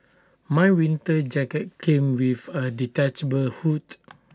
my winter jacket came with A detachable hood